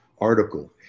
article